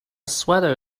sweater